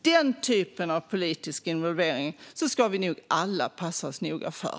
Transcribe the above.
Den typen av politisk involvering ska vi nog alla passa oss noga för.